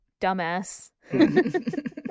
dumbass